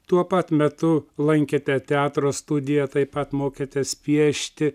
tuo pat metu lankėte teatro studiją taip pat mokėtės piešti